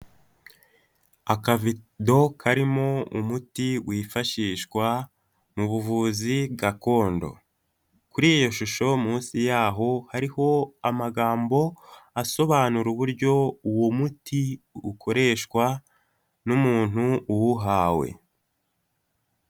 Akavido karimo umuti wifashishwa mu buvuzi gakondo, kuri iyo shusho munsi yaho hariho amagambo asobanura uburyo uwo muti ukoreshwa n'umuntu uwuhawe.